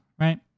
Right